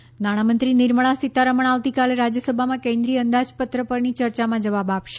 Rajya Sabha budget નાણામંત્રી નિર્મળા સીતારમણ આવતીકાલે રાજ્યસભામાં કેન્દ્રીય અંદાજપત્ર પરની ચર્ચામાં જવાબ આપશે